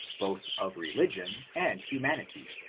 both of religion and humanity.